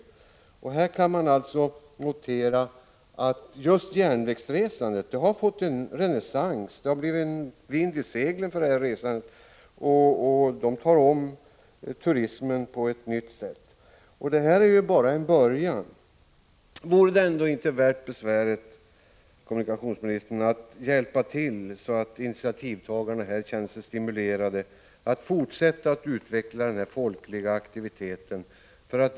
Man kan i sammanhanget notera att järnvägsresandet har fått en renässans. Det har blivit populärt med det här resandet, som lockar till sig turismen på ett nytt sätt. Detta är bara en början. Vore det ändå inte värt besväret, kommunikationsministern, att hjälpa till så att initiativtagarna känner sig stimulerade att fortsätta att utveckla denna folkliga aktivitet?